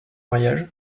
mariage